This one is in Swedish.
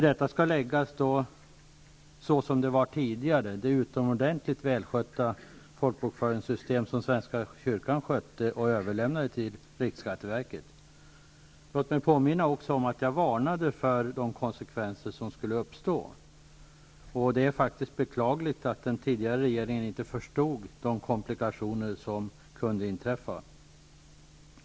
Detta skall jämföras med det utomordentligt välskötta folkbokföringssystem som svenska kyrkan tidigare skötte och överlämnade till riksskatteverket. Låt mig påminna om att jag varnade för de konsekvenser som skulle uppstå. Det är beklagligt att den tidigare regeringen inte förstod de komplikationer som kunde inträffa.